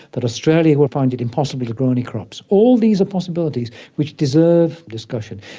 that australia will find it impossible to grow any crops. all these are possibilities which deserve discussion.